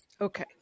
Okay